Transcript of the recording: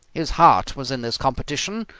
his heart was in this competition,